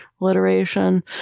alliteration